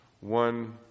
one